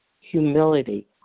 Humility